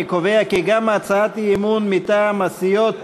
אני קובע כי גם הצעת האי-אמון מטעם הסיעות